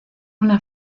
una